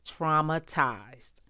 traumatized